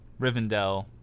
rivendell